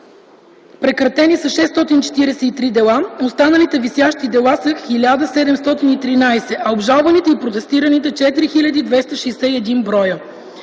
прекратени – 643 дела; останалите висящи дела са 1713, а обжалваните и протестираните - 4261.